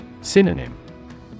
Synonym